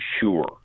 sure